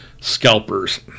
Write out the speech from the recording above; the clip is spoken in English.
scalpers